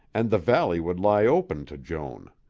and the valley would lie open to joan.